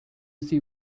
see